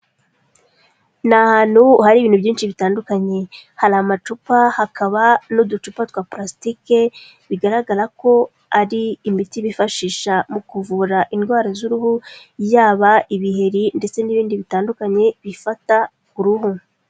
Ni ahantu hari ibintu byinshi bitandukanye. Hari amacupa hakaba n'uducupa twa palasitike, bigaragara ko ari imiti bifashisha mu kuvura indwara z'uruhu, yaba ibiheri ndetse n'ibindi bitandukanye bifata uruhu.